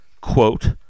quote